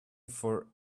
for